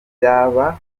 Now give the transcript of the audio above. byaba